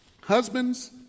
Husbands